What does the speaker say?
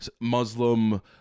Muslim